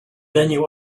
venue